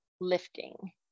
lifting